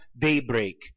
daybreak